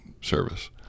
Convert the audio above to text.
service